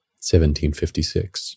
1756